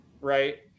right